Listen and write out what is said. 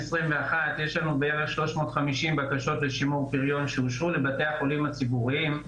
2021 יש לנו בערך 350 בקשות לשימור פריון שהוגשו לבתי החולים הציבוריים.